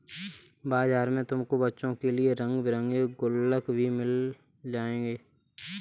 बाजार में तुमको बच्चों के लिए रंग बिरंगे गुल्लक भी मिल जाएंगे